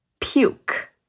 puke